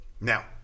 Now